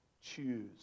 choose